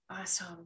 Awesome